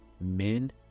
Men